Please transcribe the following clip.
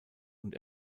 und